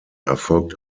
erfolgt